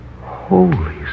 Holy